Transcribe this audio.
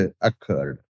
occurred